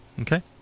Okay